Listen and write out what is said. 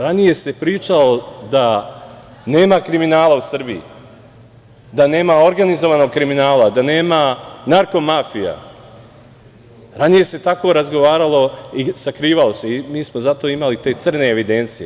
Ranije se pričalo da nema kriminala u Srbiji, da nema organizovanog kriminala, da nema narko-mafije, ranije se tako razgovaralo i sakrivalo se i mi smo zato imali te crne evidencije.